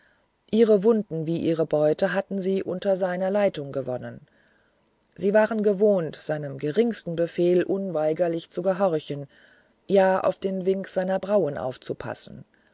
ihre wunden wie ihre beute hatten sie unter seiner leitung gewonnen sie waren gewohnt seinem geringsten befehl unweigerlich zu gehorchen ja auf den wink seiner brauen aufzupassen